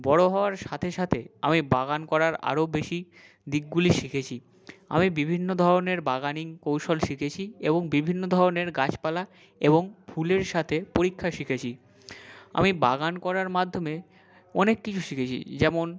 বড় হওয়ার সাথে সাথে আমি বাগান করার আরও বেশি দিকগুলি শিখেছি আমি বিভিন্ন ধরনের বাগানিং কৌশল শিখেছি এবং বিভিন্ন ধরনের গাছপালা এবং ফুলের সাথে পরীক্ষা শিখেছি আমি বাগান করার মাধ্যমে অনেক কিছু শিখেছি যেমন